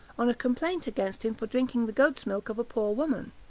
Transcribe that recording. on a complaint against him for drinking the goat's milk of a poor woman.